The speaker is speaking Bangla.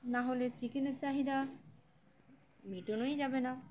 না হলে চিকেনের চাহিদা মিটনোই যাবে না